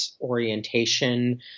orientation